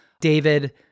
David